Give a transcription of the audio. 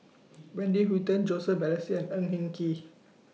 Wendy Hutton Joseph Balestier and Ng Eng Kee